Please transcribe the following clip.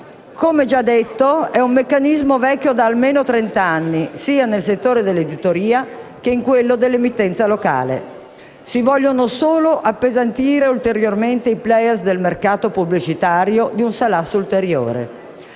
Come dicevamo, è un meccanismo vecchio di almeno trent'anni, sia nel settore dell'editoria, che in quello dell'emittenza locale. Si vogliono solo appesantire ulteriormente i *player* del mercato pubblicitario di un salasso ulteriore.